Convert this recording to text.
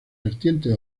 vertientes